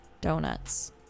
Donuts